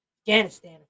Afghanistan